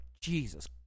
Jesus